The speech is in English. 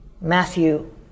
Matthew